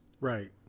right